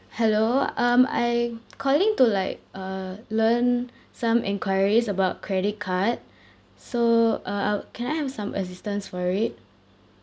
hello um I calling to like uh learn some enquiries about credit card so uh I would can I have some assistance for it